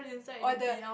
oh the